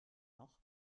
noch